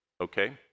okay